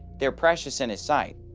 they are precious in his sight.